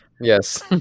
Yes